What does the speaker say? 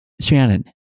Shannon